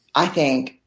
i think,